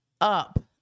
up